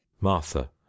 Martha